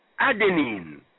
Adenine